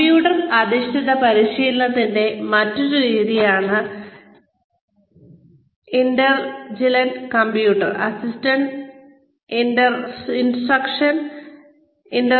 computer അധിഷ്ഠിത പരിശീലനത്തിന്റെ മറ്റൊരു രീതിയാണ് intelligent computer assisted instruction Intelligent computer assisted instruction